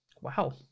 Wow